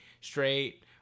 straight